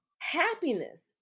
happiness